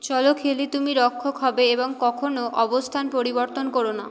চলো খেলি তুমি রক্ষক হবে এবং কখনো অবস্থান পরিবর্তন কোরো না